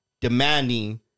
demanding